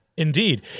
Indeed